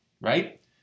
right